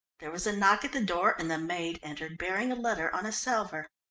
there was a knock at the door and the maid entered bearing a letter on a salver.